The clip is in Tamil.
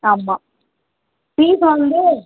ஆமாம் ஃபீஸ் வந்து